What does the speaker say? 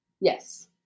Yes